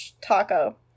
taco